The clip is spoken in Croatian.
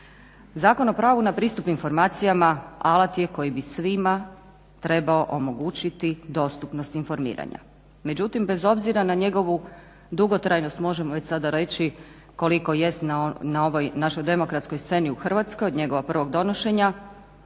Zakon o pravu na pristup informacijama alat je koji bi svima trebao omogućiti dostupnost informiranja. Međutim bez obzira na njegovu dugotrajnost možemo već sada reći koliko jest na ovoj našoj demokratskoj sceni u Hrvatskoj od njegovog prvog donošenja,